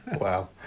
Wow